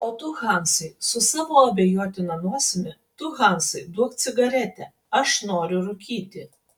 o tu hansai su savo abejotina nosimi tu hansai duok cigaretę aš noriu rūkyti